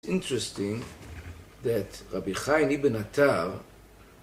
זה מעניין שרבי חי, איבן עטר